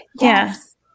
yes